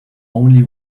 only